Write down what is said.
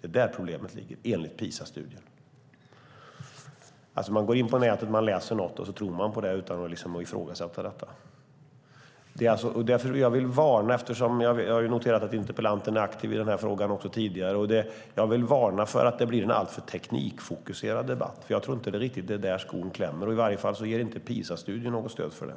Det är där problemet ligger, enligt PISA-studien. Man går in på nätet och läser något, och så tror man på det utan att ifrågasätta det. Jag har ju noterat även tidigare att interpellanten är aktiv i den här frågan, och jag vill varna för att det blir en alltför teknikfokuserad debatt. Jag tror nämligen inte riktigt att det är där skon klämmer. I varje fall ger inte PISA-studien något stöd för det.